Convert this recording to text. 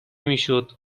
میشد